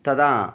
तदा